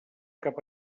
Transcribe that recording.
cap